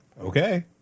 Okay